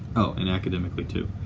oh, and academically too.